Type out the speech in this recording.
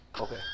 Okay